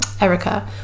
Erica